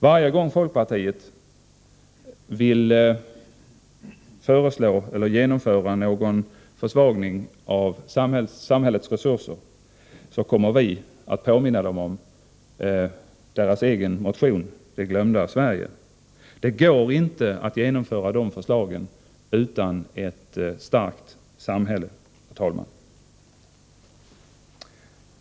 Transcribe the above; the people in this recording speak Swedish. Varje gång folkpartiet vill genomföra någon försvagning av samhällets resurser kommer vi att påminna folkpartiledamöterna om deras egen motion Det glömda Sverige. Det går inte, herr talman, att genomföra de förslagen utan ett starkt samhälle.